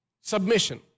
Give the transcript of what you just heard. Submission